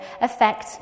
affect